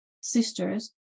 sisters